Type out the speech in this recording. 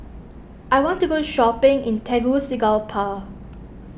I want to go shopping in Tegucigalpa